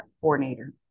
coordinator